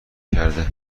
کرده